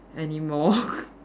anymore